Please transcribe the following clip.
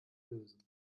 lösen